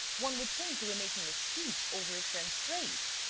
one would think you were making a speech over a friend's grave.